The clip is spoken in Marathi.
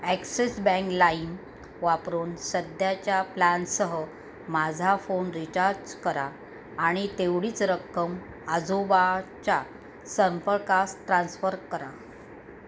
ॲक्सिस बँक लाईम वापरून सध्याच्या प्लॅनसह माझा फोन रिचार्ज करा आणि तेवढीच रक्कम आजोबाच्या संपर्कास ट्रान्स्फर करा